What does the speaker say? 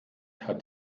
hat